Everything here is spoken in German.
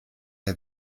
der